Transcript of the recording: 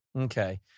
Okay